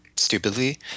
stupidly